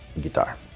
guitar